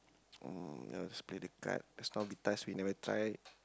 um that was play the card just now we task we never try